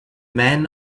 men